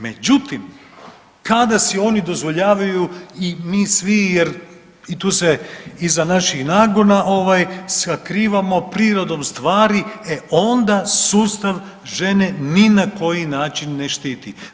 Međutim kada si oni dozvoljavaju i mi svi jer i tu se iza naših nagona sakrivamo prirodom stvari e onda sustav žene ni na koji način ne štiti.